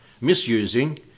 misusing